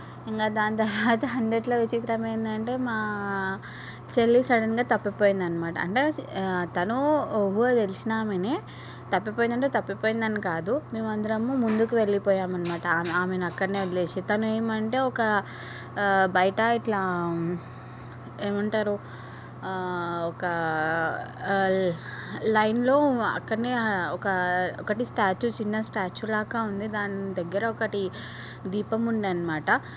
ఇంకా దాని తర్వాత అన్నిట్లో విచిత్రమేమంటే మా చెల్లి సడన్గా తప్పిపోయింది అన్నమాట అంటే తను ఊహ తెలిసినమనే తప్పిపోయిందంటే తప్పిపోయిందని కాదు మేమందరము ముందుకు వెళ్ళిపోయాము అన్నమాట ఆమెను అక్కడనే వదిలేసి తను ఏమంటే ఒక బయట ఇట్లా ఏమంటారు ఒక లైన్లో అక్కడనే ఒక ఒకటి స్టాట్యూ చిన్నది స్టాట్యూ లాగా ఉంది దాని దగ్గర ఒకటి దీపం ఉండే అన్నమాట